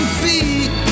feet